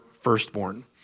firstborn